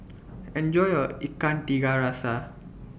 Enjoy your Ikan Tiga Rasa